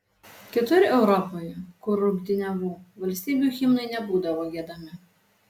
kitur europoje kur rungtyniavau valstybių himnai nebūdavo giedami